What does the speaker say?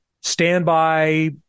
standby